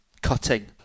Cutting